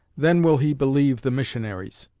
then will he believe the missionaries.